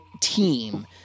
team